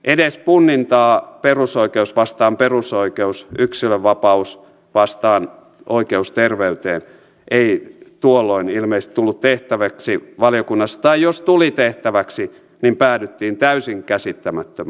edes punnintaa perusoikeus vastaan perusoikeus yksilönvapaus vastaan oikeus terveyteen ei tuolloin ilmeisesti tullut tehtäväksi valiokunnassa tai jos tuli tehtäväksi niin päädyttiin täysin käsittämättömään kantaan